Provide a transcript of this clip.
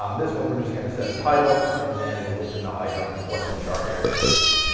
um this one we're just going to set a title, and then the width and the height of what the chart area is.